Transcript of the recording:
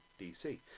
DC